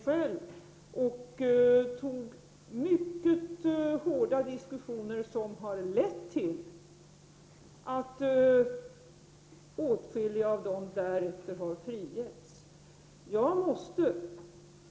Dessa mycket hårda diskussioner ledde till att åtskilliga av dessa därefter frigavs.